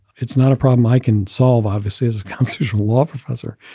it's not a problem i can solve offices. constitutional law professor,